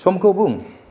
समखौ बुं